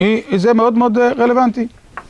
זה מאוד מאוד רלוונטי.